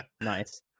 Nice